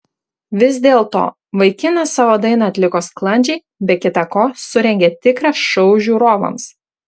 vis dėlto vaikinas savo dainą atliko sklandžiai be kita ko surengė tikrą šou žiūrovams